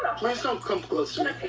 ah please don't come close